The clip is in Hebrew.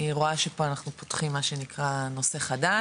אני רואה שפה אנחנו פותחים מה שנקרא נושא חדש,